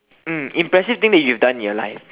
mm impressive thing that you done in your life